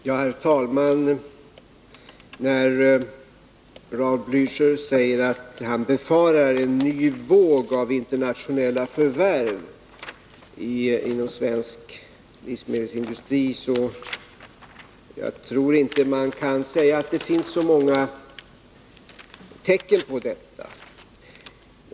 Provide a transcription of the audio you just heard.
Herr talman! Raul Blächer säger att han befarar en ny våg av internationella förvärv inom svensk livsmedelsindustri. Jag tror inte man kan säga att det finns så många tecken på detta.